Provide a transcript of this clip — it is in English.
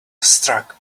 struck